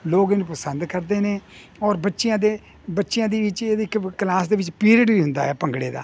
ਲੋਕ ਇਹਨੂੰ ਪਸੰਦ ਕਰਦੇ ਨੇ ਔਰ ਬੱਚਿਆਂ ਦੇ ਬੱਚਿਆਂ ਦੀ ਇਹ 'ਚ ਇਹਦੀ ਕਲਾਸ ਦੇ ਵਿੱਚ ਪੀਰੀਅਡ ਵੀ ਹੁੰਦਾ ਹੈ ਭੰਗੜੇ ਦਾ